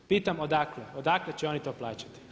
Pitam odakle, odakle će oni to plaćati?